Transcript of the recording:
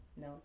No